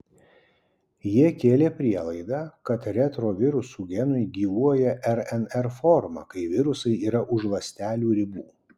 jie kėlė prielaidą kad retrovirusų genai gyvuoja rnr forma kai virusai yra už ląstelių ribų